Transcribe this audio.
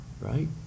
Right